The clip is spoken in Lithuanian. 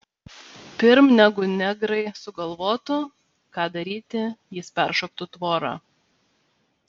pirm negu negrai sugalvotų ką daryti jis peršoktų tvorą